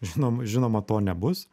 žinom žinoma to nebus